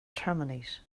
terminate